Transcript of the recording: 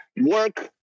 work